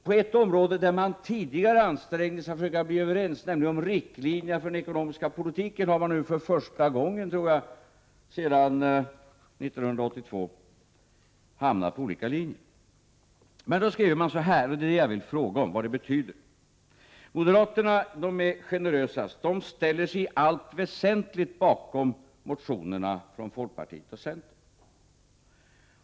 På ett område där de borgerliga partierna tidigare ansträngde sig för att bli överens, nämligen om riktlinjerna för den ekonomiska politiken, har de nu för första gången tror jag sedan 1982 hamnat på olika linjer. Jag vill fråga vad som menas med det som har skrivits. Moderaterna är generösast, de ställer sig i allt väsentligt bakom motionerna från folkpartiet och centern.